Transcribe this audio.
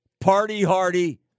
party-hardy